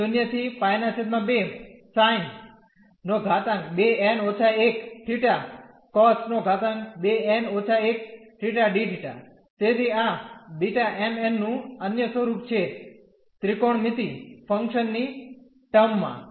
તેથી આ B m n નું અન્ય સ્વરુપ છે ત્રિકોણમિતિ ફંકશન ની ટર્મ માં